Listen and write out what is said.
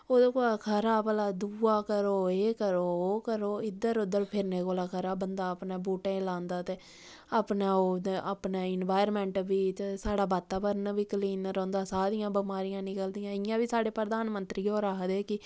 ओह्दे कोला खरा भला दूआ करो एह् करो ओह् करो इद्धर उद्धर फिरने कोला खरा बंदा अपने बूह्टे लांदा ते अपने ओह्दे अपने इनवायरनमैंट बी ते साढ़ा वातावरण बी क्लीन रौंह्दा सारियां बमारियां निकलदियां इ'यां बी साढ़े प्रधानमंत्री होर आखदे कि